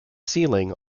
ceiling